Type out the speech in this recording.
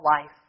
life